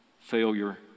failure